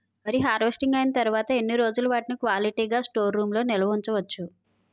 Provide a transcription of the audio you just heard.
వరి హార్వెస్టింగ్ అయినా తరువత ఎన్ని రోజులు వాటిని క్వాలిటీ గ స్టోర్ రూమ్ లొ నిల్వ ఉంచ వచ్చు?